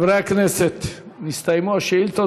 חברי הכנסת, נסתיימו השאילתות.